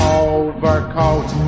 overcoat